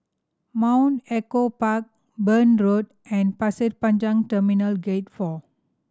Mount Echo Park Burn Road and Pasir Panjang Terminal Gate Four